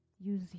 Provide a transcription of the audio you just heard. use